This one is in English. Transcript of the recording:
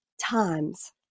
times